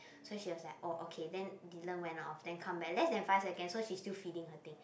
so she was like oh okay then Dylan went off then come back less than five seconds so she still feeding her thing